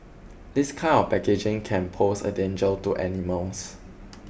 this kind of packaging can pose a danger to animals